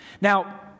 Now